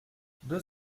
deux